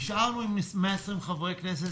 נשארנו עם 120 חברי כנסת,